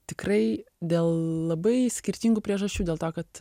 tikrai dėl labai skirtingų priežasčių dėl to kad